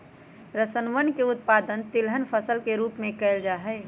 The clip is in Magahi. सरसोवन के उत्पादन तिलहन फसल के रूप में कइल जाहई